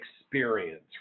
experience